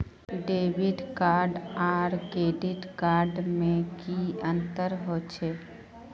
Debit card आर credit card में की अंतर होचे?